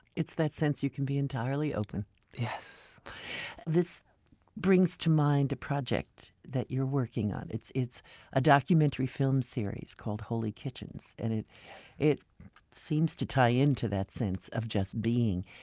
it's that sense you can be entirely open yes this brings to mind a project that you're working on. it's it's a documentary film series called holy kitchens. and it it seems to tie in to that sense of just being.